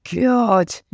God